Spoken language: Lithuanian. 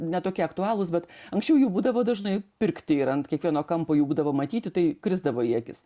ne tokie aktualūs bet anksčiau jų būdavo dažnai pirkti ir ant kiekvieno kampo jų būdavo matyti tai krisdavo į akis